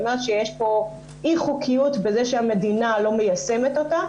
יש פה אי חוקיות בזה שהמדינה לא מיישמת אותו,